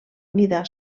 mida